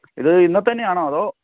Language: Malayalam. ഇത് ഇന്നത്തേത് തന്നെയാണോ അതോ